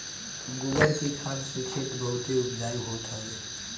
गोबर के खाद से खेत बहुते उपजाऊ होत हवे